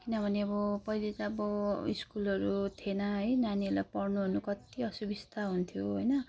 किनभने अब पहिले त अब स्कुलहरू थिएन है नानीहरूलाई पढ्नुओर्नु कत्ति असुविस्ता हुन्थ्यो होइन